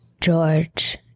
George